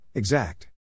Exact